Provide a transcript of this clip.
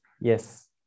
Yes